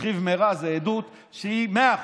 שכיב מרע זו עדות שהיא מאה אחוז.